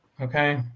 Okay